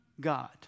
God